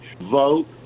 Vote